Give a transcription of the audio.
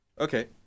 Okay